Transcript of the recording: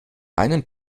einen